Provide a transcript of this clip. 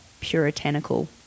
puritanical